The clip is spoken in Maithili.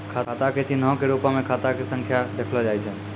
खाता के चिन्हो के रुपो मे खाता संख्या के देखलो जाय छै